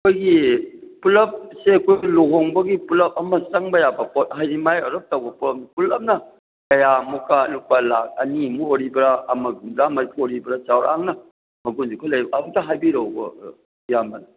ꯑꯩꯈꯣꯏꯒꯤ ꯄꯨꯂꯞꯁꯦ ꯑꯩꯈꯣꯏꯒꯤ ꯂꯨꯍꯣꯡꯕꯒꯤ ꯄꯨꯂꯞ ꯑꯃ ꯆꯪꯕ ꯌꯥꯕ ꯄꯣꯠ ꯍꯥꯏꯕꯗꯤ ꯃꯌꯥꯏ ꯑꯣꯏꯔꯞ ꯇꯧꯕ ꯄꯣꯠ ꯄꯨꯂꯞꯅ ꯀꯌꯥꯃꯨꯛꯀ ꯂꯨꯄꯥ ꯂꯥꯛ ꯑꯅꯤꯃꯨꯛ ꯑꯣꯏꯔꯤꯕ꯭ꯔꯥ ꯑꯃ ꯍꯨꯝꯐꯨ ꯇꯔꯥ ꯃꯔꯤꯐꯨ ꯑꯣꯏꯔꯤꯕꯔꯥ ꯆꯥꯎꯔꯥꯛꯅ ꯑꯃꯨꯛꯇ ꯍꯥꯏꯕꯤꯔꯛꯎꯕ ꯏꯌꯥꯝꯕꯅ